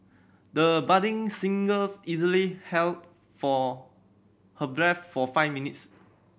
the budding singers easily held for her breath for five minutes